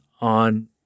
on